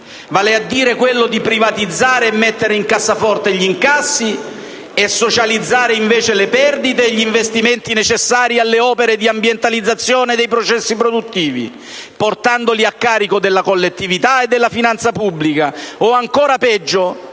vale a dire quello di privatizzare e mettere in cassaforte gli incassi e socializzare invece le perdite e gli investimenti necessari alle opere di ambientalizzazione dei processi produttivi, portandoli a carico della collettività e della finanza pubblica